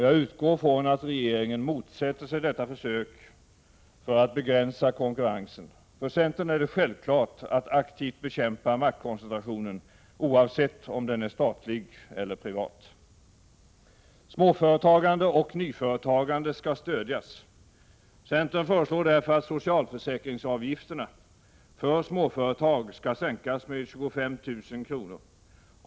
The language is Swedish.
Jag utgår från att regeringen aktivt motsätter sig detta försök att begränsa konkurrensen. För centern är det självklart att aktivt bekämpa maktkoncentrationen, oavsett om den är statlig eller privat. Småföretagande och nyföretagande skall stödjas. Centern föreslår därför att socialförsäkringsavgifterna för småföretag skall sänkas med 25 000 kr.